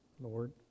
Lord